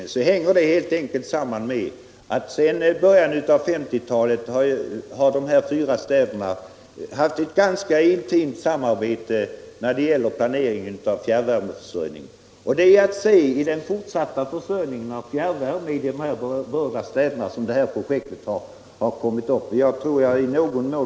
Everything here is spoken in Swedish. Jag vill då säga att det helt enkelt hänger samman med att dessa fyra städer sedan början av 1950-talet haft ett ganska intimt samarbete när det gäller planering av fjärrvärmeförsörjning. Det är i samband med den fortsatta försörjningen med fjärrvärme i de här berörda städerna som detta projekt blivit aktuellt.